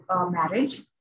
marriage